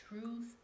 truth